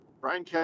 Brian